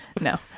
No